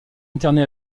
interné